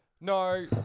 No